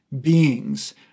beings